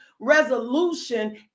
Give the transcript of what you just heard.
resolution